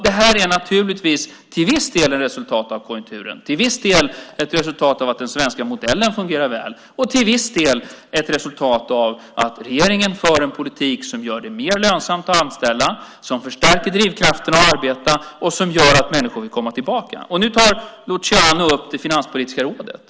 Det här är naturligtvis till viss del ett resultat av konjunkturen, till viss del ett resultat av att den svenska modellen fungerar väl och till viss del ett resultat av att regeringen för en politik som gör det mer lönsamt att anställa, som förstärker drivkraften att arbeta och som gör att människor vill komma tillbaka. Nu tar Luciano upp det finanspolitiska rådet.